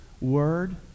word